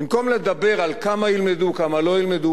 במקום לדבר על כמה ילמדו, כמה לא ילמדו,